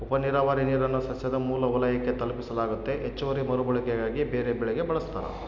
ಉಪನೀರಾವರಿ ನೀರನ್ನು ಸಸ್ಯದ ಮೂಲ ವಲಯಕ್ಕೆ ತಲುಪಿಸಲಾಗ್ತತೆ ಹೆಚ್ಚುವರಿ ಮರುಬಳಕೆಗಾಗಿ ಬೇರೆಬೆಳೆಗೆ ಬಳಸ್ತಾರ